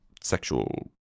sexual